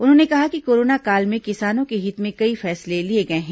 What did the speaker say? उन्होंने कहा कि कोरोना काल में किसानों के हित में कई फैसले लिए गए हैं